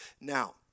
Now